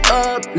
up